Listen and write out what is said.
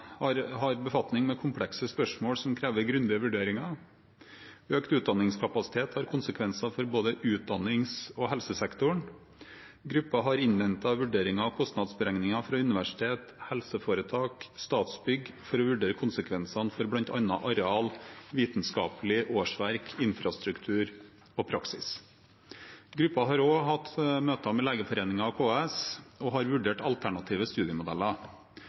befatning med komplekse spørsmål som krever grundige vurderinger. Økt utdanningskapasitet har konsekvenser for både utdannings- og helsesektoren. Gruppen har innhentet vurderinger og kostnadsberegninger fra universiteter, helseforetak og Statsbygg for å vurdere konsekvenser for bl.a. areal, vitenskapelige årsverk, infrastruktur og praksis. Gruppen har også hatt møter med Legeforeningen og KS og har vurdert alternative studiemodeller.